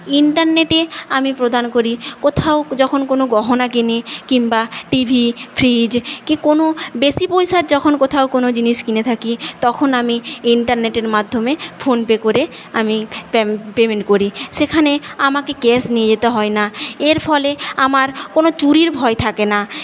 ইন্টারনেটে আমি প্রদান করি কোথাও যখনও কোনও গহনা কিনি কিংবা টিভি ফ্রিজ কি কোনও বেশি পয়সার যখন কোথাও কোনও জিনিস কিনে থাকি তখন আমি ইন্টারনেটের মাধ্যমে ফোনপে করে আমি পেমেন্ট করি সেখানে আমাকে ক্যাশ নিয়ে যেতে হয় না এর ফলে আমার কোনও চুরির ভয় থাকে না